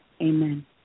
amen